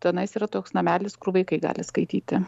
tenais yra toks namelis kur vaikai gali skaityti